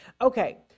Okay